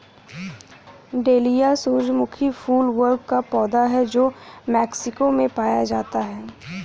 dahlia सूरजमुखी फूल वर्ग का पौधा है जो मेक्सिको में पाया जाता है